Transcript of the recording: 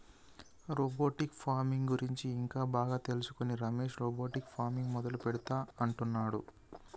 robotic farming గురించి ఇంకా బాగా తెలుసుకొని రమేష్ రోబోటిక్ ఫార్మింగ్ మొదలు పెడుతా అంటున్నాడు